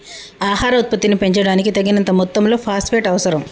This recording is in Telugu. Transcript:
ఆహార ఉత్పత్తిని పెంచడానికి, తగినంత మొత్తంలో ఫాస్ఫేట్ అవసరం